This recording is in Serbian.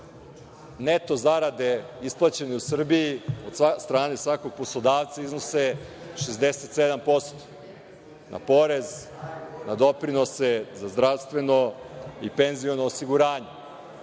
neto zarade isplaćene u Srbiji od strane svakog poslodavca iznose 67%, na porez, na doprinose, za zdravstveno i penziono osiguranje.